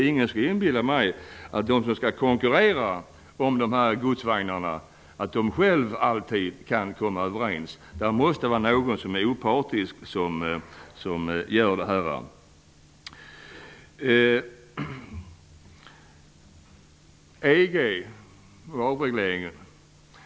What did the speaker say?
Ingen skall inbilla mig att de som skall konkurrera om godsvagnarna själva alltid kan komma överens. Någon opartisk måste fatta besluten.